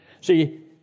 See